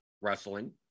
wrestling